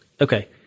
Okay